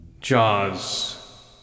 Jaws